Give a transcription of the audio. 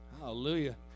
Hallelujah